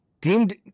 deemed